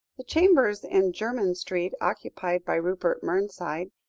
the chambers in jermyn street occupied by rupert mernside,